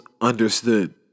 understood